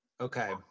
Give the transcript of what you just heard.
Okay